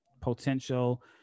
potential